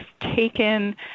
taken